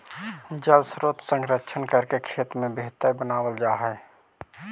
जलस्रोत के संरक्षण करके खेत के बेहतर बनावल जा हई